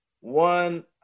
One